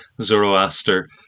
Zoroaster